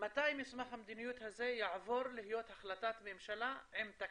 מתי מסמך המדיניות הזה יעבור להיות החלטת ממשלה עם תקציב.